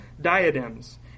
diadems